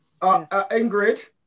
Ingrid